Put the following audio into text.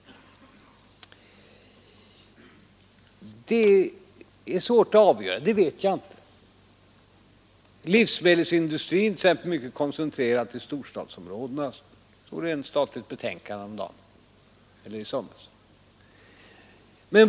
Det är svårt att avgöra. Det vet jag inte. Livsmedelsindustrin t.ex. är starkt koncentrerad till storstadsområdena, såg jag i ett statligt betänkande i somras.